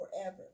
forever